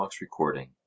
recording